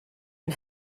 ein